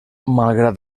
malgrat